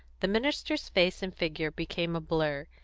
the minister's face and figure became a blur,